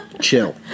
Chill